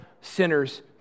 sinners